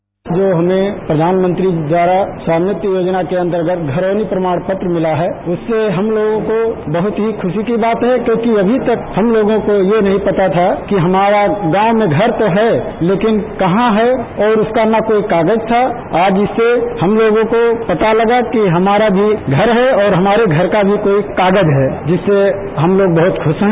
आज जो हमें प्रघानमंत्री जी द्वारा स्वामित्व योजना के अन्तर्गत घरौनी प्रमाण पत्र मिला है उससे हम लोगों को बहुत ही खुरी की बात है क्योंकि अभी तक हम लोगों ये नहीं पता था कि हमारा गांव में घर तो है लेकिन कहां है और उसका न कोई कागज था आज जैसे हम लोगों को पता लगा कि हमारा भी घर है और हमारे घर का भी कार्ड कागज है जिससे हम लोग बहुत खुश हैं